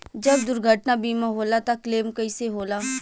जब दुर्घटना बीमा होला त क्लेम कईसे होला?